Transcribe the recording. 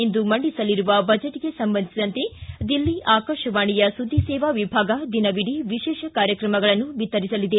ಇಂದು ಮಂಡಿಸಲಿರುವ ಬಜೆಟ್ಗೆ ಸಂಬಂಧಿಸಿದಂತೆ ದಿಲ್ಲಿ ಆಕಾಶವಾಣಿಯ ಸುದ್ದಿ ಸೇವಾ ವಿಭಾಗ ದಿನವಿಡಿ ವಿಶೇಷ ಕಾರ್ಯಕ್ರಮಗಳನ್ನು ಬಿತ್ತರಿಸಲಿದೆ